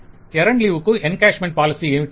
vendor అయితే earned leave కు encashment policy ఏమిటి